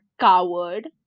coward